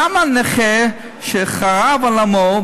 למה נכה שחרב עולמו,